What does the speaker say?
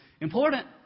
Important